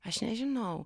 aš nežinau